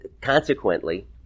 consequently